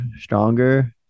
stronger